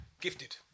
gifted